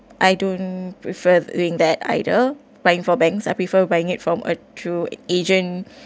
I don't prefer doing that either buying for banks I prefer buying it from a true agent